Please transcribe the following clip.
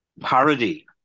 parody